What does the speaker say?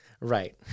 Right